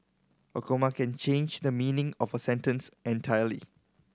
a comma can change the meaning of a sentence entirely